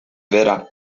verá